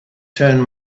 turn